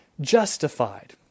justified